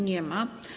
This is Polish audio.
Nie ma.